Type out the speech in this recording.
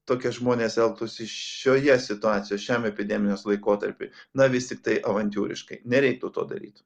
tokie žmonės elgtųsi šioje situacijoje šiam epidemijos laikotarpiui na vistik avantiūriškai nereiktų to daryt